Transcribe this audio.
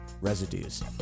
Residues